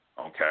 okay